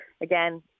Again